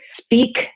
speak